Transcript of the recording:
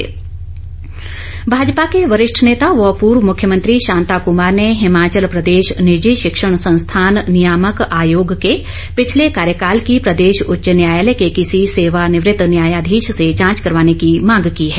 शांता कुमार भाजपा के वरिष्ठ नेता व पूर्व मुख्यमंत्री शांता कुमार ने हिमाचल प्रदेश निजी शिंक्षण संस्थान नियामक आयोग के पिछले कार्यकाल की प्रदेश ॅउच्च न्यायालय के किसी सेवानिवृत्त न्यायाधीश से जांच करवाने की मांग की है